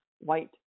white